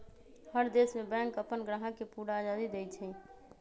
हर देश में बैंक अप्पन ग्राहक के पूरा आजादी देई छई